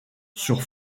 sur